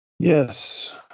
yes